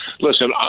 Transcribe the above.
Listen